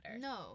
no